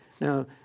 Now